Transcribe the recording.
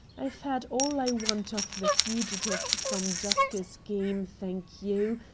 i've had all i want of the fugitive-from-justice game, thank you,